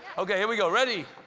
okay here we go, ready?